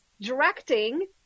directing